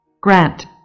Grant